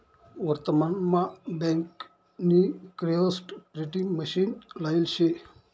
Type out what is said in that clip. वर्तमान मा बँक नी किओस्क प्रिंटिंग मशीन लायेल शे